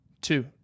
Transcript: Two